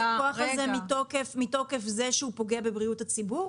אין לכם את הכוח הזה מתוקף זה שהוא פוגע בבריאות הציבור?